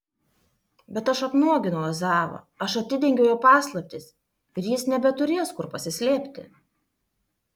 bet aš apnuoginau ezavą aš atidengiau jo paslaptis ir jis nebeturės kur pasislėpti